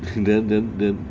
then then then